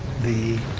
the,